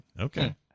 Okay